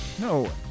No